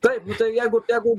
taip jeigu jeigu